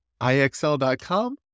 IXL.com